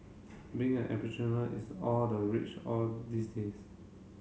being an entrepreneur is all the rage all these days